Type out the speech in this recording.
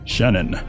Shannon